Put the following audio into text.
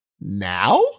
Now